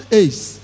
ace